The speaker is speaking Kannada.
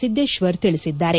ಸಿದ್ವೇಶ್ವರ್ ತಿಳಿಸಿದ್ದಾರೆ